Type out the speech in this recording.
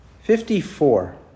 Fifty-four